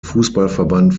fußballverband